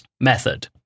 Method